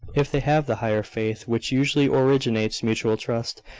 if they have the higher faith which usually originates mutual trust,